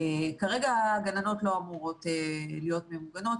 כרגע הגננות לא אמורות להיות ממוגנות,